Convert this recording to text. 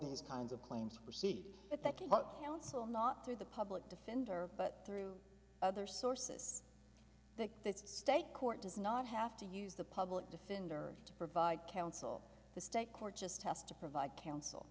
these kinds of claims proceed but that cannot counsel not through the public defender but through other sources that state court does not have to use the public defender to provide counsel the state court just has to provide counsel